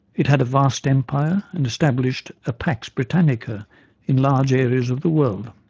it had a vast empire and established a pax britannica in large areas of the world.